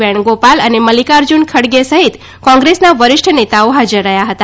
વેણુગોપાલ અને મલ્લિકાર્જ્રન ખણે સહિત કોગ્રેસના વરિષ્ઠ નેતાઓ હાજર રહ્યા હતા